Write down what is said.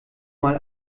mal